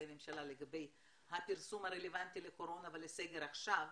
הממשלה לגבי הפרסום הרלוונטי לקורונה ולסגר עכשיו